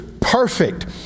perfect